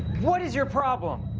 what is your problem.